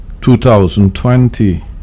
2020